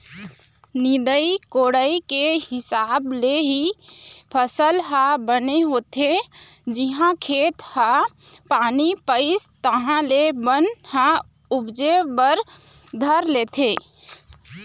निंदई कोड़ई के हिसाब ले ही फसल ह बने होथे, जिहाँ खेत ह पानी पइस तहाँ ले बन ह उपजे बर धर लेथे